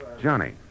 Johnny